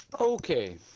Okay